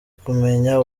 kumenya